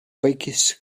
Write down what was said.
biggest